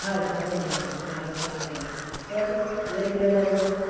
ಹಾಂ ರೀ ನಾವೇ ರೀ ಕಾರ್ ಡೀಲರ್ ಹೇಳಿರಿ ಏನು ಸೇವೆ ಮಾಡ್ಬೋದು